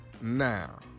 now